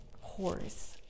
horse